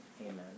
amen